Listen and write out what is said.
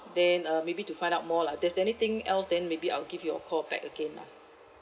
then uh maybe to find out more lah if there's anything else then maybe I'll give you a call back again lah